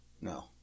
No